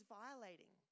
violating